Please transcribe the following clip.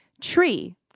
Tree